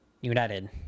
United